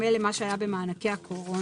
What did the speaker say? מבנה נקודות הזיכוי שלו דומה לזה של אישה.